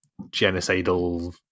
genocidal